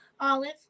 Olive